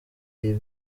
iyo